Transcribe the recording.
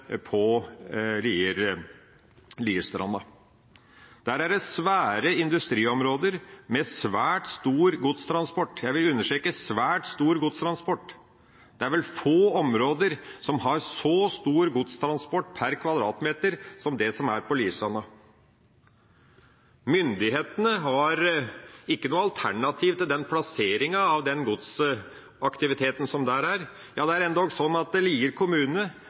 på Lierstranda. Der er det svære industriområder med svært stor godstransport – jeg vil understreke: svært stor godstransport. Det er vel få områder som har så stor godstransport per kvadratmeter som det som er på Lierstranda. Myndighetene har ikke noe alternativ til plassering av den godsaktiviteten som er der. Det er endog sånn at